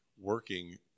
working